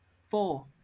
Four